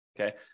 Okay